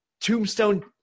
tombstone